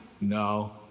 No